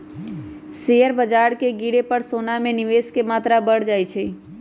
share बाजार के गिरे पर सोना में निवेश के मत्रा बढ़ जाइ छइ